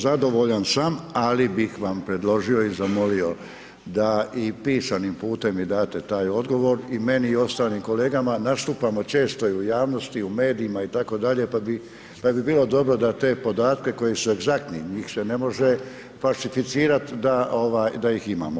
Zadovoljan sam, ali bih vam predložio i zamolio da i pisanim putem mi date taj odgovor i meni i ostalim kolegama, nastupamo često u javnosti i u medijima itd. pa bi bilo dobro da te podatke koji su egzaktnih, njih se ne može falsificirati da ih imamo.